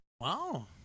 Wow